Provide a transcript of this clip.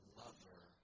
lover